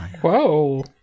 Whoa